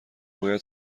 باید